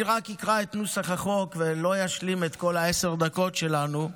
אני רק אקרא את נוסח החוק ולא אשלים את כל עשר הדקות שלנו: